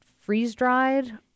freeze-dried